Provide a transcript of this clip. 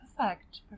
perfect